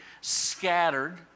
scattered